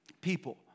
people